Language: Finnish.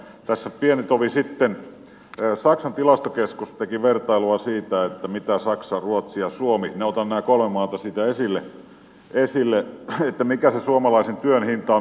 tässä pieni tovi sitten saksan tilastokeskus teki vertailua siitä miten ovat saksa ruotsi ja suomi minä otan nämä kolme maata siitä esille mikä se suomalaisen työn hinta on